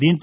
దీంతో